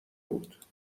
بود